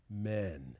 men